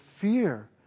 fear